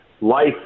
life